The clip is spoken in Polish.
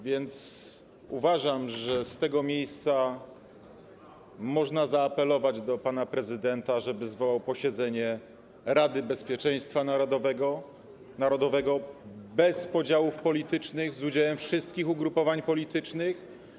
Więc uważam, że z tego miejsca można zaapelować do pana prezydenta, żeby zwołał posiedzenie Rady Bezpieczeństwa Narodowego, bez podziałów politycznych, z udziałem wszystkich ugrupowań politycznych.